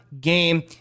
game